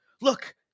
Look